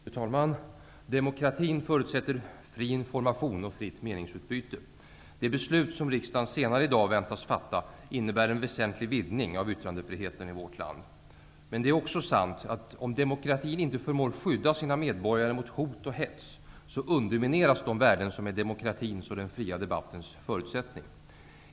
Fru talman! Demokratin förutsätter fri information och fritt meningsutbyte. Det beslut som riksdagen senare i dag väntas fatta innebär en väsentlig vidgning av yttrandefriheten i vårt land. Men det är också sant att om demokratin inte förmår skydda sina medborgare mot hot och hets undermineras de värden som är demokratins och den fria debattens förutsättning.